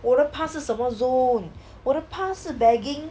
我的 pass 是什么 zone 我的 pass 是 bagging